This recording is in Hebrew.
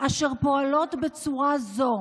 אשר פועלות בצורה זו,